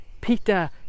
Peter